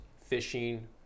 fishing